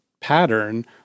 pattern